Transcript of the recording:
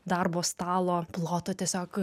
darbo stalo plotą tiesiog